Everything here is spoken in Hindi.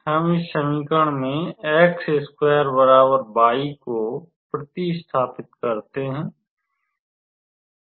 हम इस समीकरण में को प्रति स्थापित करते हैं